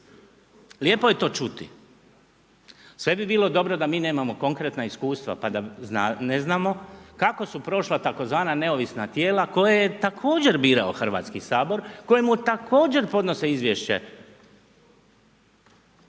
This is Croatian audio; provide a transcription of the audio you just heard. Lijepo je to čuti. Sve bi bilo dobro da mi nemamo konkretna iskustva pa da ne znamo kako su prošla tzv. neovisna tijela koje je također birao Hrvatski sabor, kojemu također podnose izvješće.